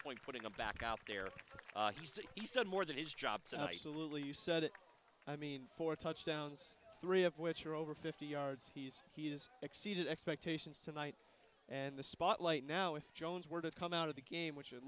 point putting them back out there is that he's done more than his job i salute you said it i mean four touchdowns three of which are over fifty yards he's he has exceeded expectations tonight and the spotlight now if jones were to come out of the game which it